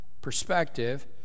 perspective